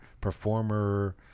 performer